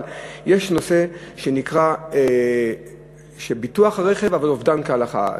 אבל יש נושא שנקרא, בביטוח הרכב אבל, אובדן להלכה.